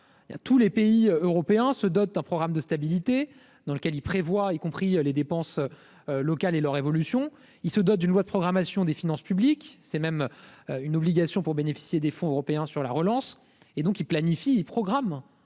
tous les pays européens se dote d'un programme de stabilité dans lequel il prévoit, y compris les dépenses locales et leur évolution, il se dote d'une loi de programmation des finances publiques, c'est même une obligation pour bénéficier des fonds européens sur la relance et donc ils planifient programme